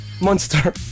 monster